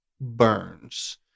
Burns